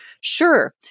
Sure